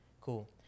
Cool